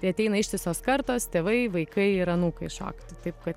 tai ateina ištisos kartos tėvai vaikai ir anūkai šokti taip kad